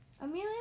Amelia